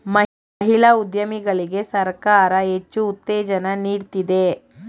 ಮಹಿಳಾ ಉದ್ಯಮಿಗಳಿಗೆ ಸರ್ಕಾರ ಹೆಚ್ಚು ಉತ್ತೇಜನ ನೀಡ್ತಿದೆ